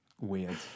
Weird